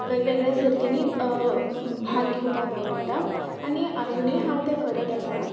वेगवेगळ्या सर्तीनीं भाग घेवपाक आवडटा आनी आजूनय हांव ते करत आसा